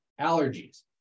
allergies